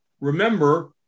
Remember